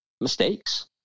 mistakes